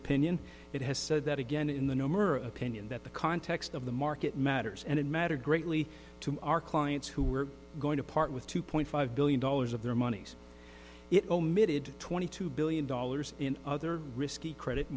opinion it has said that again in the norm or opinion that the context of the market matters and it matter greatly to our clients who were going to part with two point five billion dollars of their monies it omitted twenty two billion dollars in other risky credit